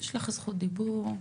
יש לך זכות דיבור,